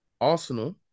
Arsenal